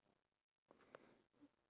ya same